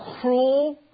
cruel